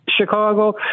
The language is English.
Chicago